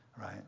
right